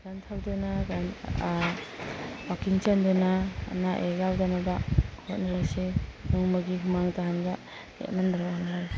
cycle ꯊꯧꯗꯨꯅ ꯋꯥꯛꯀꯤꯡ ꯆꯦꯟꯗꯨꯅ ꯑꯅꯥ ꯑꯌꯦꯛ ꯌꯥꯎꯗꯅꯕ ꯍꯣꯠꯅꯔꯁꯤ ꯅꯣꯡꯃꯒꯤ ꯍꯨꯃꯥꯡ ꯇꯥꯍꯟꯕ ꯍꯣꯠꯅꯔꯁꯤ